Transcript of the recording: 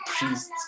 priests